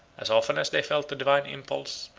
as often as they felt the divine impulse,